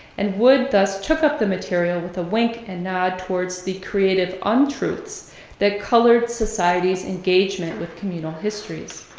and wood thus took up the material with a wink and nod towards the creative untruths that colored society's engagement with communal histories.